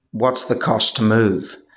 what's the cost to move?